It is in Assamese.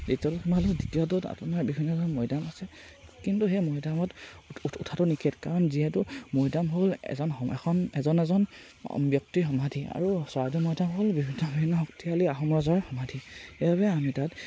দ্বিতীয়ত সোমালোঁ দ্বিতীয়টোত আপোনাৰ বিভিন্ন ধৰণৰ মৈদাম আছে কিন্তু সেই মৈদামত উঠ উঠাটো নিষেধ কাৰণ যিহেতু মৈদাম হ'ল এজন এখন এজন এজন ব্যক্তিৰ সমাধি আৰু চৰাইদেউ মৈদাম হ'ল বিভিন্ন বিভিন্ন শক্তিশালী আহোম ৰজাৰ সমাধি সেইবাবে আমি তাত